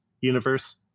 universe